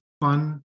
fun